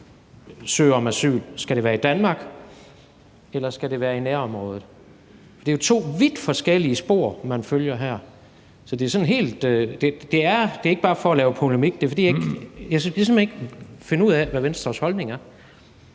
søge om asyl? Skal det være i Danmark? Eller skal det være i nærområdet? For det er jo to vidt forskellige spor, man her følger. Så det er ikke bare for at lave polemik, men det er, fordi jeg simpelt hen ikke kan finde ud af, hvad Venstres holdning er.